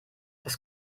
das